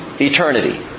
eternity